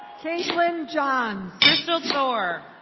caitlin johns. crystal thor.